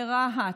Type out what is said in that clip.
ברהט,